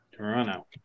Toronto